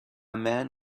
man